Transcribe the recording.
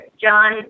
John